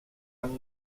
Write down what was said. amb